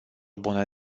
bună